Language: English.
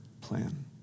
plan